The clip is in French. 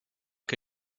que